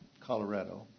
Colorado